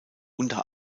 unter